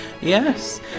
yes